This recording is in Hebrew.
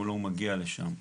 הוא לא מגיע לשם.